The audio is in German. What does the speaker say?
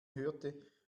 hörte